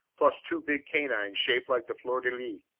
plus two big canines shaped like the fleur-de-lis.